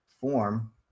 form